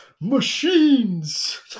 machines